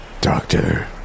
Doctor